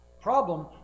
problem